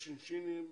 השינשינים,